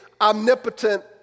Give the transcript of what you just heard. omnipotent